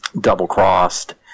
double-crossed